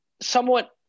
somewhat